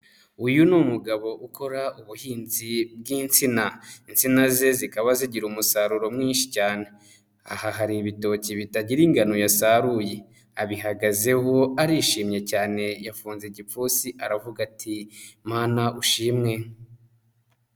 Uyu ni umugabo ukora ubuhinzi bw'insina insina ze zikaba zigira umusaruro mwinshi cyane, aha hari ibitoki bitagira ingano yasaruye, abihagazeho arishimye cyane yafunze igipfunsi aravuga ati Mana ushimwe.